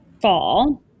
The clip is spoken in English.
fall